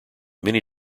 many